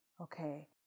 Okay